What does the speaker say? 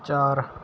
ਚਾਰ